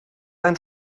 einen